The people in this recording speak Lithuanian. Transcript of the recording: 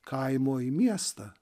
kaimo į miestą